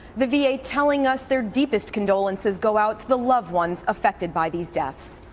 the v a. telling us their deepest condolences go out to the loved ones affected by these deaths.